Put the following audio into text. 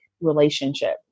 relationship